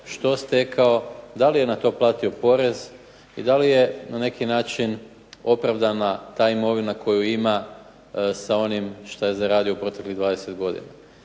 što stekao, da li je na to platio porez, i da li je na neki način opravdana ta imovina koju ima sa onim šta je zaradio proteklih 20 godina.